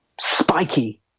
spiky